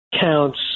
counts